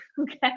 Okay